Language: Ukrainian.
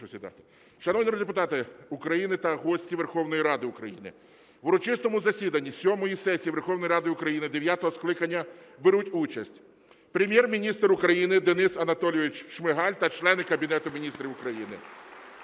народні депутати та гості Верховної Ради України! В урочистому засіданні сьомої сесії Верховної Ради України дев'ятого скликання беруть участь Прем'єр-міністр України Денис Анатолійович Шмигаль та члени Кабінету Міністрів України